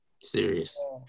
Serious